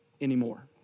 anymore